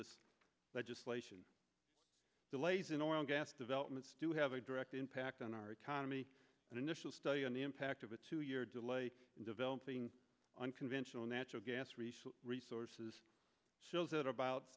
this legislation delays in oil and gas developments to have a direct impact on our economy an initial study on the impact of a two year delay in developing unconventional natural gas resource resources at about